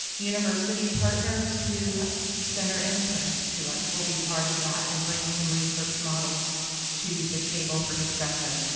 university partners who send our interns to us will be part of that and bring some research models to the table for discussion.